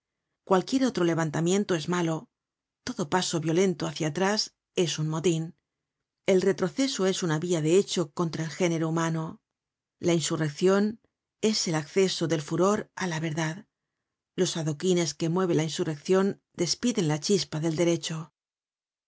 cualquier otro levantamiento es malo todo paso violento hácia atrás es un motin el retroceso es una via de hecho contra el género humano la insurreccion es el acceso del furor de la verdad los adoquines que mueve la insurreccion despiden la chispa del derecho